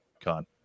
con